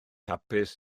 hapus